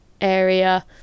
area